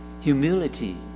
humility